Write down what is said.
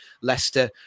Leicester